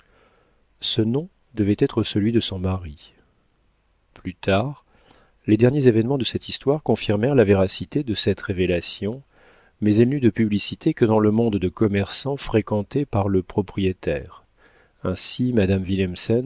ce nom devait être celui de son mari plus tard les derniers événements de cette histoire confirmèrent la véracité de cette révélation mais elle n'eut de publicité que dans le monde de commerçants fréquenté par le propriétaire aussi madame